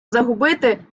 загубити